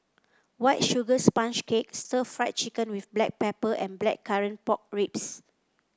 White Sugar Sponge Cake Stir Fried Chicken with Black Pepper and Blackcurrant Pork Ribs